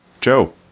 joe